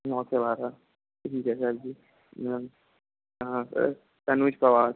नौ से बारह ठीक है सर जी कहाँ पर तनुज पवार